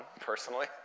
personally